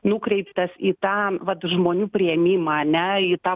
nukreiptas į tą vat žmonių priėmimą ane į tą